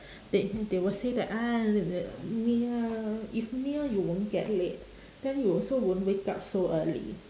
they hear they would say that ah the the near if near you won't get late then you also won't wake up so early